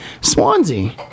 Swansea